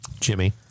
jimmy